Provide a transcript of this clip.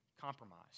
compromise